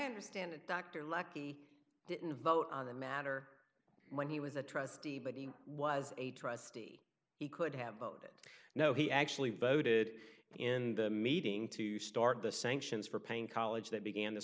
understand it dr lucky didn't vote on the matter when he was a trustee but he was a trustee he could have voted no he actually voted in the meeting to start the sanctions for paying college that began this